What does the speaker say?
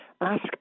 ask